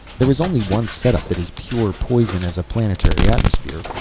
there is only one setup that is pure poison as a planetary atmosphere.